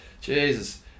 Jesus